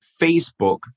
Facebook